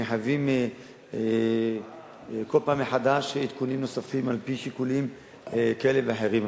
שמחייבים כל פעם מחדש עדכונים נוספים על-פי שיקולים כאלה ואחרים.